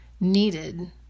needed